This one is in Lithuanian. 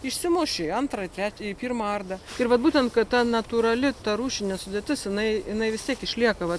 išsimuš į antrą į pirmą ardą ir vat būtent kad ta natūrali ta rūšinė sudėtis jinai jinai vis tiek išlieka vat